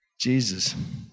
Jesus